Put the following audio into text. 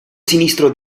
sinistro